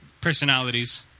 personalities